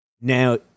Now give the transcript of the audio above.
Now